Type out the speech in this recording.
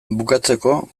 bukatzeko